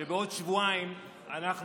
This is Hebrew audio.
שבעוד שבועיים אנחנו,